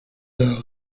d’un